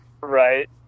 Right